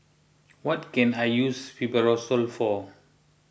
what can I use Fibrosol for